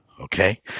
okay